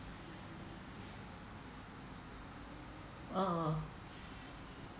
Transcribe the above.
uh